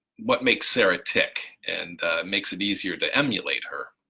what makes sarah tick and makes it easier to emulate her.